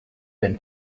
been